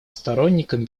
сторонником